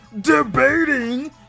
debating